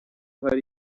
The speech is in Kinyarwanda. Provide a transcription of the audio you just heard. hari